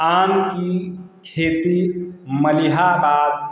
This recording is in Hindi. आम की खेती मलिहाबाद